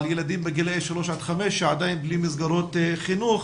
על ילדים בגילאי 3 עד 5 שעדיין בלי מסגרות חינוך,